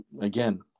again